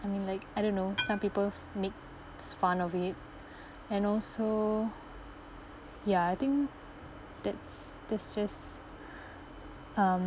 I mean like I don't know some people makes fun of it and also ya I think that's that's just um